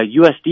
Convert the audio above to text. USD